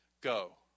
go